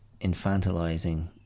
infantilizing